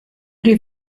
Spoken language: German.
die